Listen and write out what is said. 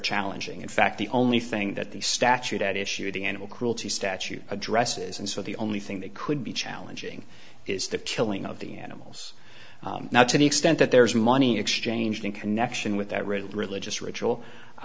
challenging in fact the only thing that the statute at issue the animal cruelty statute addresses and so the only thing that could be challenging is the killing of the animals now to the extent that there is money exchanged in connection with that really religious ritual i